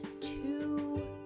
two